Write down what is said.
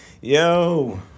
Yo